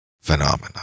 phenomena